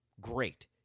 great